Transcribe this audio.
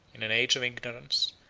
in an age of ignorance,